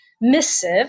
missive